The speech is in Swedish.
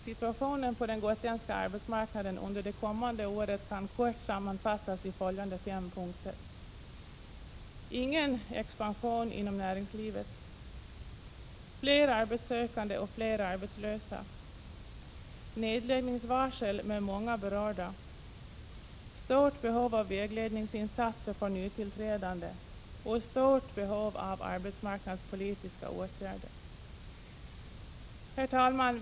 Situationen på den gotländska arbetsmarknaden under det kommande året kan kort sammanfattas i följande fem punkter: ingen expansion inom näringslivet, fler arbetssökande och fler arbetslösa, nedläggningsvarsel med många berörda, stort behov av vägledningsinsatser för nytillträdande och stort behov av arbetsmarknadspolitiska åtgärder. Herr talman!